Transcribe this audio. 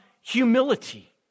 humility